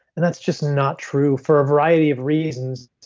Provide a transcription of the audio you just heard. that's just not true for a variety of reasons.